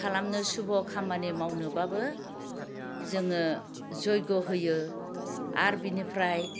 खालामनो सुभ' खामानि मावनोबाबो जोङो जयग' होयो आरो बेनिफ्राय